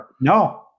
No